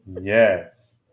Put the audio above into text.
Yes